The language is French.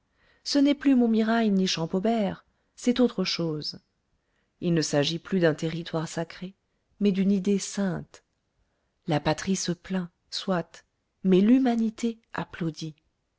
ce n'est plus montmirail ni champaubert c'est autre chose il ne s'agit plus d'un territoire sacré mais d'une idée sainte la patrie se plaint soit mais l'humanité applaudit